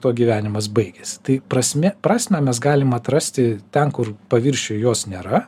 tuo gyvenimas baigiasi tai prasmė prasmę mes galim atrasti ten kur paviršiuj jos nėra